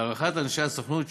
להערכת אנשי הסוכנות,